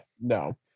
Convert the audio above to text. no